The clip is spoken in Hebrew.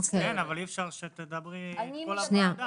הנראות של בתי החולים